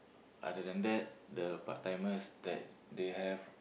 other than that the part timers that they have